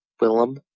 Willem